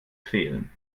fehlen